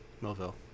Melville